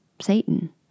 Satan